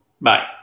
Bye